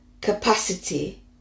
capacity